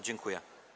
Dziękuję.